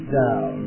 down